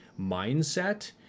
mindset